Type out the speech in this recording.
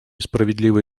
справедливой